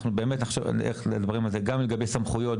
אנחנו באמת נחשוב איך לברר את זה גם לגבי סמכויות,